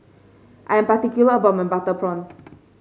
I'm particular about my Butter Prawn